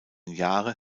jahre